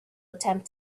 attempt